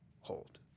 hold